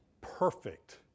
perfect